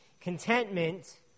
Contentment